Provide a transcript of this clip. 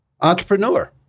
entrepreneur